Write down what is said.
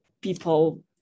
people